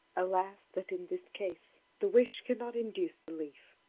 alas that in this case the wish cannot induce belief!